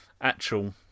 actual